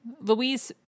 Louise